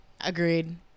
Agreed